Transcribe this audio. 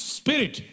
spirit